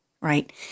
right